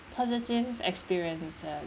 positive experiences